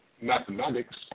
mathematics